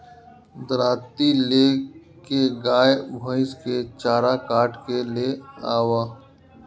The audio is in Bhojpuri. दराँती ले के गाय भईस के चारा काट के ले आवअ